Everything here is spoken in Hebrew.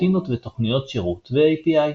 רוטינות ותוכניות שירות ו-API.